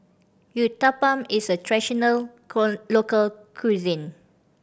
uthapam is a traditional local cuisine